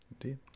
Indeed